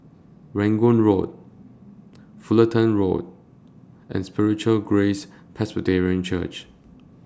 Rangoon Road Fulton Road and Spiritual Grace Presbyterian Church